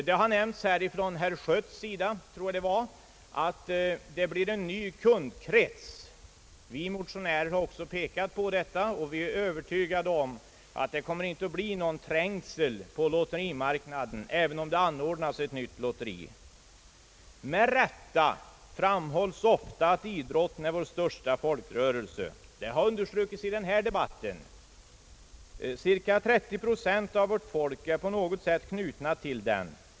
Det har nämnts från herr Schötts sida, tror jag, att det här blir en ny kundkrets. Vi motionärer har också pekat på detta, och vi är övertygade om att det inte kommer att bli någon trängsel på lotterimarknaden även om det anordnas ett nytt lotteri. Det framhålles ofta att idrotten är vår största folkrörelse, och detta har understrukits även i denna debatt. Cirka 30 procent av vårt folk är på något sätt knutna till den.